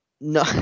No